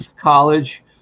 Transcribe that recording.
College